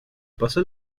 pasó